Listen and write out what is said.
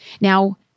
Now